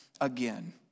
again